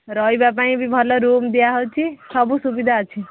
ରହିବା ପାଇଁ ବି ଭଲ ରୁମ୍ ଦିଆହେଉଛି ସବୁ ସୁବିଧା ଅଛି